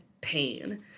pain